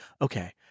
okay